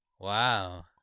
Wow